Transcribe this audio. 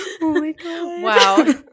Wow